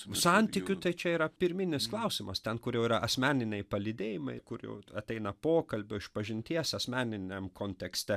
santykių tai čia yra pirminis klausimas ten kur jau yra asmeniniai palydėjimai kur jau ateina pokalbio išpažinties asmeniniam kontekste